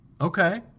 Okay